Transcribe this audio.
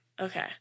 Okay